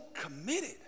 committed